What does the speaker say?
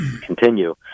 continue